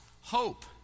hope